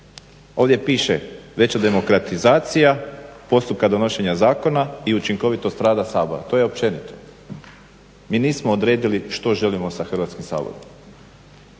Ovdje piše veća demokratizacija postupka donošenja zakona i učinkovitost rada Sabora. To je općenito. Mi nismo odredili što želimo sa Hrvatskim saborom,